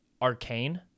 Arcane